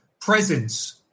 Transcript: presence